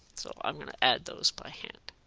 so i'm going to add those by hand.